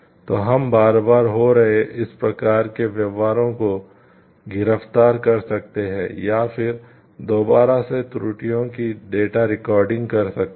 तो हम बार बार हो रहे इस प्रकार के व्यवहारों को गिरफ्तार कर सकते है या फिर दोबारा से त्रुटियों की डाटा रिकॉर्डिंग कर सकते है